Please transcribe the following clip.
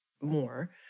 more